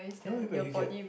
no wait but you get